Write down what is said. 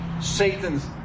Satan's